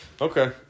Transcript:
Okay